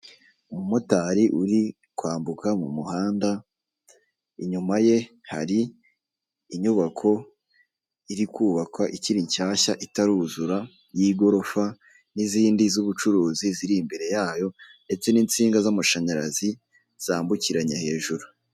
Umumotari uri kwambuka mu muhanda, inyuma ye hari inyubako iri kubakwa ikiri nshyashya itaruzura y'igorofa n'izindi z'ubucuruzi ziri imbere yayo, ndetse n'insinga z'amashanyarazi zambukiranya hejuru.